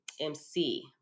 MC